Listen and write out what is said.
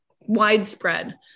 widespread